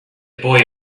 boy